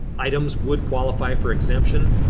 items would qualify for exemption.